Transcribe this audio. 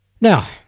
Now